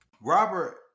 Robert